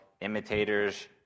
Imitators